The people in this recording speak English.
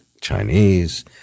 Chinese